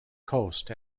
coast